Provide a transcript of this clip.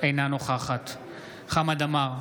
אינה נוכחת חמד עמאר,